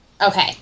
Okay